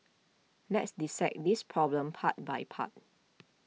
let's dissect this problem part by part